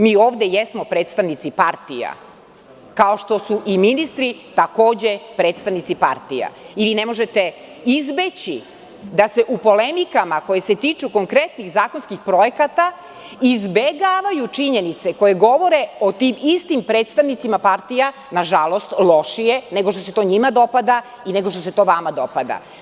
Mi ovde jesmo predstavnici partija, kao što su i ministri takođe predstavnici partija i ne možete izbeći da se u polemikama, koje se tiču konkretnih zakonskih projekata, izbegavaju činjenice koje govore o tim istim predstavnicima partija, nažalost, lošije nego što se to njima dopada i nego što se to vama dopada.